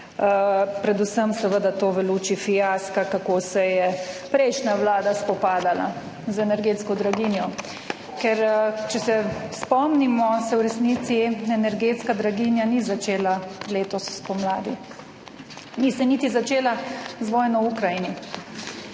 predvsem seveda to v luči fiaska, kako se je prejšnja vlada spopadala z energetsko draginjo, ker če se spomnimo, se v resnici energetska draginja ni začela letos spomladi, ni se niti začela z vojno v Ukrajini.